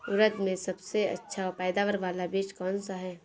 उड़द में सबसे अच्छा पैदावार वाला बीज कौन सा है?